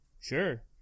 Sure